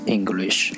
English